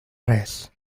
res